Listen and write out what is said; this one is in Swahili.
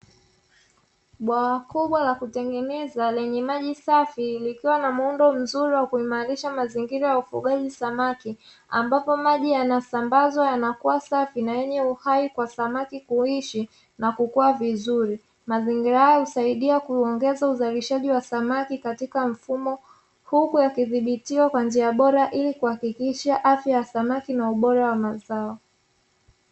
Bwawa kubwa la kutengeneza lenye maji safi likiwa na muundo mzuri wa kuimarisha mazingira ya ufugaji samaki, ambapo maji yanasambwaza yanakuwa safi na yenye uhai kwa samaki kuishi na kukua vizuri; mazingira haya husaidia na kuongeza uzalishaji wa samaki katika mfumo, huku yakidhibitiwa kwa njia bora ili kuhakikisha afya ya samaki na ubora wa mazao.